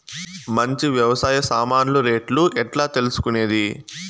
మంచి వ్యవసాయ సామాన్లు రేట్లు ఎట్లా తెలుసుకునేది?